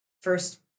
first